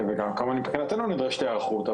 וגם כמובן מבחינתנו נדרשת היערכות.